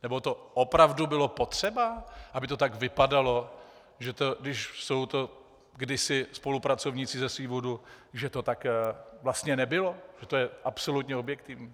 Nebo to opravdu bylo potřeba, aby to tak vypadalo, když jsou to kdysi spolupracovníci ze CE Woodu, že to tak vlastně nebylo, že to je absolutně objektivní?